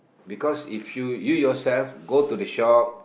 because if you you yourself go to the shop